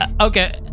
okay